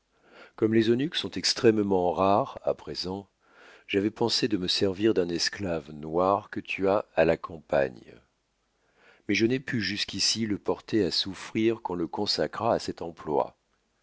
comme les eunuques sont extrêmement rares à présent j'avois pensé de me servir d'un esclave noir que tu as à la campagne mais je n'ai pu jusqu'ici le porter à souffrir qu'on le consacrât à cet emploi